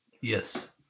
Yes